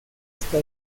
esta